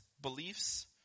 beliefs